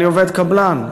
אני עובד קבלן,